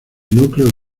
núcleo